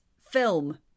film